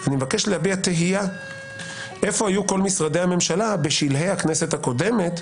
אני מבקש להביע תהייה איפה היו כל משרדי הממשלה בשלהי הכנסת הקודמת,